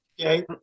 Okay